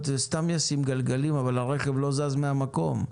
וסתם ישים גלגלים אבל הרכב לא זז מן המקום,